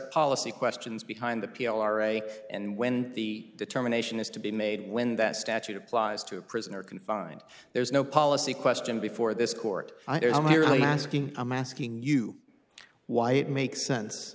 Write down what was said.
policy questions behind the p r a and when the determination is to be made when that statute applies to a prisoner confined there is no policy question before this court i am here to ask in i'm asking you why it makes sense